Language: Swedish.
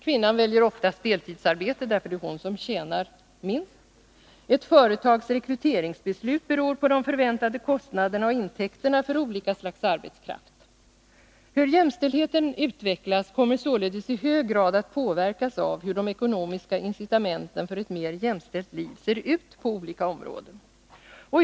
Kvinnan väljer oftast deltidsarbete, eftersom det är hon som tjänar minst. Ett företags rekryteringsbeslut beror på de förväntade kostnaderna och intäkterna för olika slags arbetskraft. Hur jämställdheten utvecklas kommer således i hög grad att påverkas av hur de ekonomiska incitamenten för ett mer jämställt liv ser ut på olika områden.